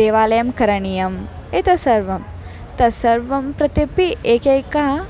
देवालयं करणीयम् एतत् सर्वं तत्सर्वं प्रत्यपि एकैकम्